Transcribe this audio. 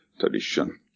tradition